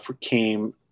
came